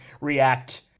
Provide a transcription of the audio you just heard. react